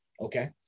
okay